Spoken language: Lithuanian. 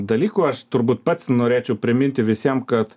dalykų aš turbūt pats norėčiau priminti visiem kad